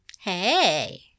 Hey